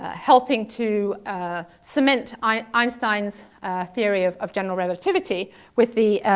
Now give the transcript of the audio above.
ah helping to cement einsteins' theory of of general relativity with the